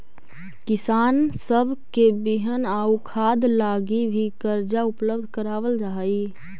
किसान सब के बिहन आउ खाद लागी भी कर्जा उपलब्ध कराबल जा हई